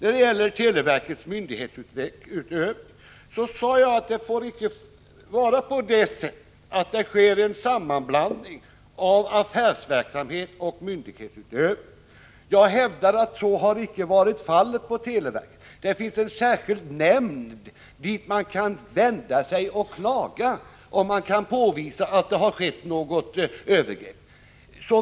I frågan om televerkets myndighetsutövning sade jag att det inte får ske en sammanblandning av affärsverksamhet och myndighetsutövning. Jag hävdar att det inte har varit fallet på televerket. Det finns en särskild nämnd till vilken man kan vända sig och framföra klagomål, om man kan påvisa att något övergrepp har skett.